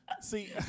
See